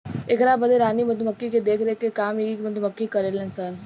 एकरा बदले रानी मधुमक्खी के देखरेख के काम भी इ मधुमक्खी करेले सन